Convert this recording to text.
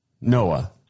Noah